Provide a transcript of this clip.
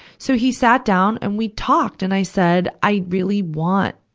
so he sat down and we talked. and i said, i really want,